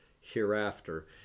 hereafter